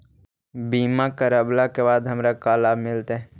बीमा करवला के बाद हमरा का लाभ मिलतै?